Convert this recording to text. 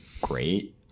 great